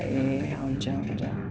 ए हुन्छ हुन्छ